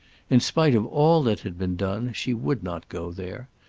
in spite of all that had been done she would not go there.